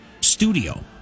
studio